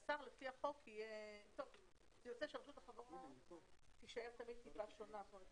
זה יוצא שרשות החברות תישאר תמיד מעט שונה.